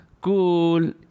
cool